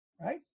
right